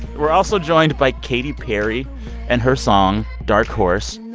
we're also joined by katy perry and her song, dark horse.